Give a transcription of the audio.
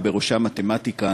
ובראשם מתמטיקה,